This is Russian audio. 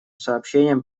сообщениям